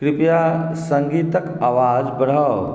कृपया सङ्गीतक आवाज बढ़ाउ